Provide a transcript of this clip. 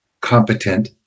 competent